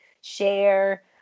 share